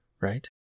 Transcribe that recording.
right